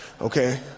Okay